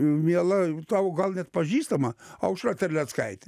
miela tau gal net pažįstama aušra terleckaitė